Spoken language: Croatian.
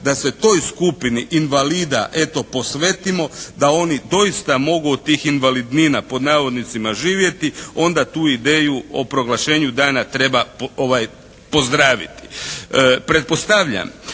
da se toj skupini invalida eto posvetimo da oni doista mogu od tih invalidnina pod navodnicima "živjeti" onda tu ideju o proglašenju dana treba pozdraviti.